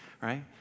right